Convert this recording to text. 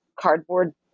cardboard